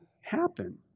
happen